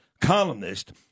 columnist